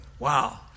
Wow